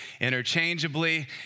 interchangeably